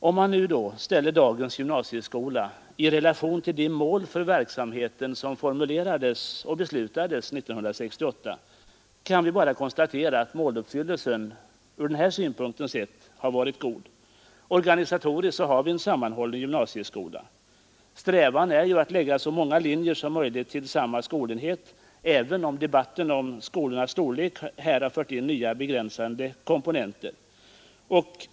Om vi då ställer dagens gymnasieskola i relation till de mål för verksamheten som formulerades och beslutades 1968, kan vi bara konstatera att måluppfyllelsen ur den här synpunkten sett varit god. Organisatoriskt har vi en sammanhållen gymnasieskola. Strävan är att lägga så många linjer som möjligt till en skolenhet, även om debatten om skolornas storlek här har fört in nya, begränsande komponenter.